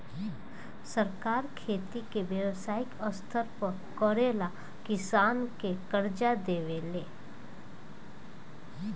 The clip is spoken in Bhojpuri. सरकार खेती के व्यवसायिक स्तर पर करेला किसान के कर्जा देवे ले